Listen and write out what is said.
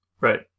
right